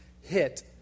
hit